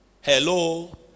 Hello